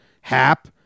Hap